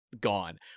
gone